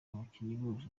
abakinyi